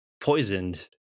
poisoned